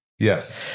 Yes